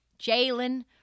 Jalen